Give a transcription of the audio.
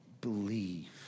believe